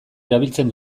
erabiltzen